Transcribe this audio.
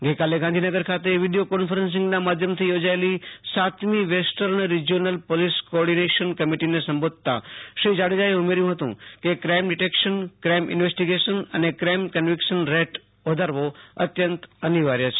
ગઈકાલે ગાંધ્રીનગર ખાતે વીડિયો કોન્ફરન્સિંગના માધ્યમથી યોજાયેલી સાતમી વેસ્ટર્ન રીજિયોનલ પોલીસ કોઓર્ડિનેશન કમિટિને સંબોધતાં શ્રી જાડેજાએ ઉમેર્યુંં હતું કે કાઈમ ડીટેક્શન ક્રાઈમ ઈન્વેસ્ટિગેશન અને કાઈમ કન્વિક્શન રેટ વધારવો અત્યંત અનિવાર્ય છે